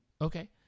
okay